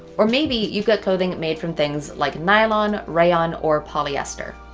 or maybe you've got clothing made from things like nylon, rayon, or polyester.